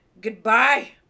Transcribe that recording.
goodbye